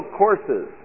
courses